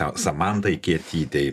samantai kietytei